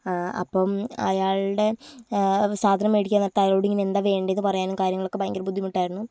അപ്പം അയാൾടെ അപ്പോൾ സാധനം മേടിക്കാൻ നേരത്ത് അയാളോട് ഇങ്ങനെ എന്താ വേണ്ടെന്നു പറയാനും കാര്യങ്ങളും ഒക്കെ ഭയങ്കര ബുദ്ധിമുട്ട് ആയിരുന്നു